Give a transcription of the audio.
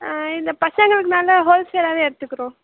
ஆ இல்லை பசங்களுக்குனால் ஹோல் சேலாகவே எடுத்துக்கிறோம்